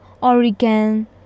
Oregon